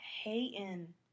hating